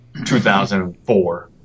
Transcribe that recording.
2004